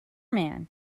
man